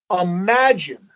Imagine